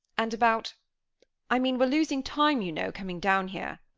and about i mean, we're losing time, you know, coming down here.